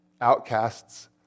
outcasts